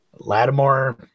Lattimore